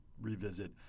revisit